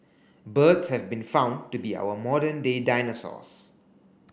birds have been found to be our modern day dinosaurs